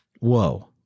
whoa